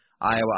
Iowa